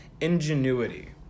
ingenuity